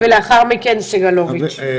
ולאחר מכן סגלוביץ'.